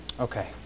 Okay